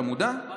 אתה מודע לזה?